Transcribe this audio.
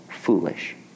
foolish